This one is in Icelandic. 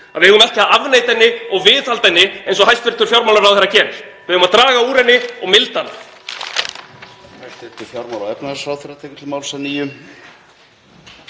við eigum ekki að afneita henni og viðhalda henni eins og hæstv. fjármálaráðherra gerir? Við eigum að draga úr henni og milda hana.